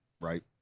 Right